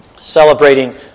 Celebrating